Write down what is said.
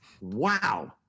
wow